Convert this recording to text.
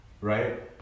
right